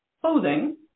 clothing